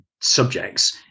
subjects